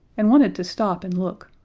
and wanted to stop and look,